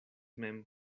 mem